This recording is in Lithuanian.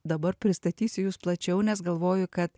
dabar pristatysiu jus plačiau nes galvoju kad